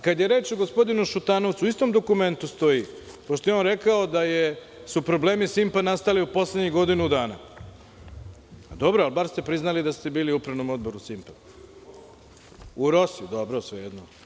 Kada je reč o gospodinu Šutanovcu, u istom dokumentu stoji, pošto je on rekao da su problemi „Simpa“ nastali u poslednjih godinu dana, bar ste priznali da ste bili u Upravnom odboru „Simpa“ … (Dragan Šutanovac, sa mesta: U ROS-i.) U ROS-i, dobro, svejedno.